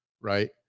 right